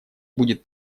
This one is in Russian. будет